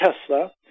Tesla